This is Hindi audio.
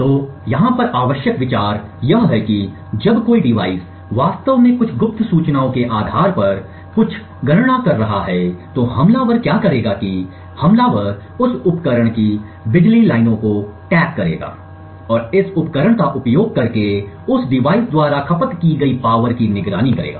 तो यहाँ पर आवश्यक विचार यह है कि जब कोई डिवाइस वास्तव में कुछ गुप्त सूचनाओं के आधार पर कुछ गणना कर रहा है तो हमलावर क्या करेगा कि हमलावर उस उपकरण की बिजली लाइनों को टैप करेगा और इस उपकरण का उपयोग करके उस डिवाइस द्वारा खपत की गई पावर की निगरानी करेगा